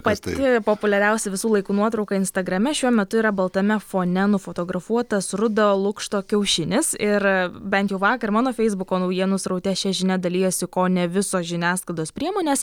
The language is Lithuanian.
pati populiariausia visų laikų nuotrauka instagrame šiuo metu yra baltame fone nufotografuotas rudo lukšto kiaušinis ir bent jau vakar mano feisbuko naujienų sraute šia žinia dalijosi kone visos žiniasklaidos priemonės